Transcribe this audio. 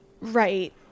Right